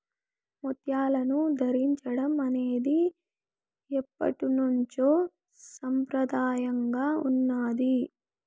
ముత్యాలను ధరించడం అనేది ఎప్పట్నుంచో సంప్రదాయంగా ఉన్నాది